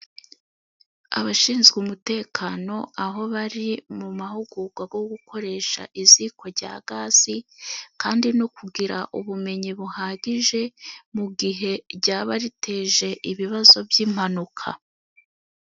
Abashinzwe umutekano aho bari mu mahugurwa yo gukoresha iziko rya gazi, kandi no kugira ubumenyi buhagije mu gihe ryaba riteje ibibazo by'impanuka.